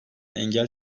engel